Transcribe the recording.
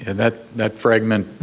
and that that fragment,